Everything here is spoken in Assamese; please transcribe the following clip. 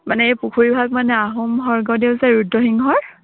মানে এই পুখুৰীভাগ মানে আহোম স্ৱৰ্গদেউ যে ৰুদ্ৰসিংহৰ